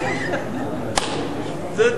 זה טוב.